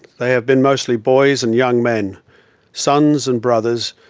they have been mostly boys and young men sons and brothers,